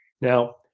Now